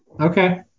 Okay